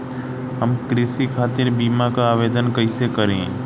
हम कृषि खातिर बीमा क आवेदन कइसे करि?